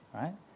right